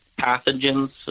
pathogens